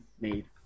made